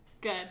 Good